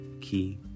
key